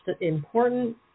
important